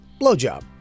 Blowjob